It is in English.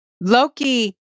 Loki